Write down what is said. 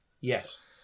Yes